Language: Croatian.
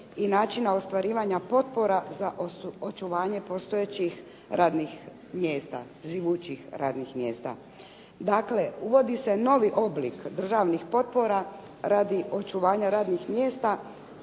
i načina ostvarivanja potpora za očuvanje postojećih radnih mjesta, živućih radnih mjesta. Dakle, uvodi se novi oblik državnih potpora radi očuvanja radnih mjesta